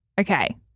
Okay